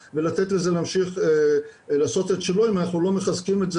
ולתת לזה להמשיך לעשות את שלו אם אנחנו לא מחזקים את זה